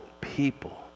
people